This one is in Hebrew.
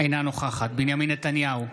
אינה נוכחת בנימין נתניהו,